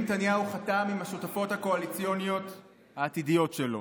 נתניהו חתם עם השותפות הקואליציוניות העתידיות שלו